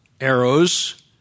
arrows